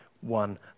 one